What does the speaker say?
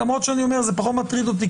למרות שאני אומר שזה פחות מטריד אותי,